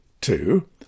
Two